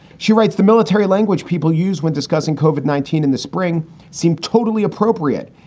she writes, the military language people use when discussing covid nineteen in the spring seem totally appropriate.